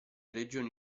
regioni